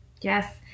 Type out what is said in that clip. Yes